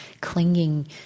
clinging